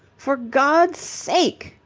for god's sake!